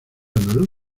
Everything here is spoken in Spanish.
andaluz